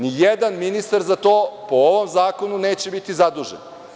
Nijedan ministar za to po ovom zakonu neće biti zadužen.